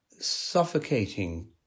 suffocating